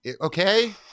Okay